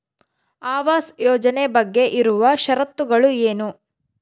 ಆವಾಸ್ ಯೋಜನೆ ಬಗ್ಗೆ ಇರುವ ಶರತ್ತುಗಳು ಏನು?